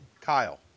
Kyle